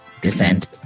descent